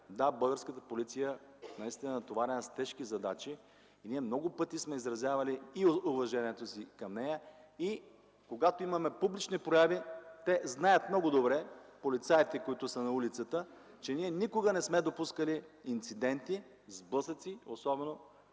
да, българската полиция наистина е натоварена с тежки задачи. Ние много пъти сме изразявали уважението си към нея и когато имаме публични прояви, те знаят много добре – полицаите, които са на улицата, че ние никога не сме допускали инциденти, сблъсъци, особено